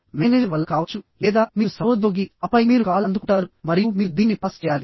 manager వల్ల కావచ్చు లేదా మీరు సహోద్యోగిఆపై మీరు కాల్ అందుకుంటారు మరియు మీరు దీన్ని పాస్ చేయాలి